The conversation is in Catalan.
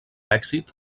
èxit